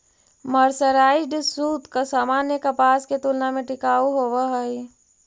mercerised सूत सामान्य कपास के तुलना में टिकाऊ होवऽ हई